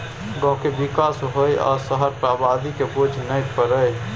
गांव के विकास होइ आ शहर पर आबादी के बोझ नइ परइ